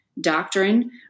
doctrine